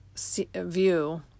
view